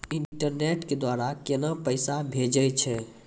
Internet के द्वारा केना पैसा भेजय छै?